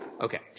Okay